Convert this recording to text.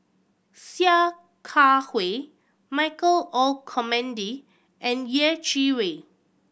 Sia Kah Hui Michael Olcomendy and Yeh Chi Wei